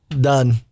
Done